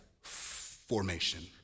formation